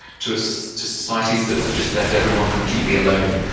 to so to societies that have just left everyone completely alone.